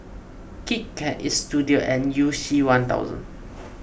Kit Kat Istudio and You C one thousand